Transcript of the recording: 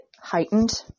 heightened